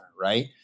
right